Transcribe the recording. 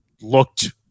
looked